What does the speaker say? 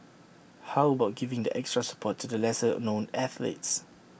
how about giving that extra support to the lesser known athletes